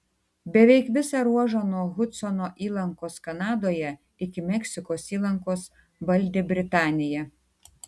beveik visą ruožą nuo hudsono įlankos kanadoje iki meksikos įlankos valdė britanija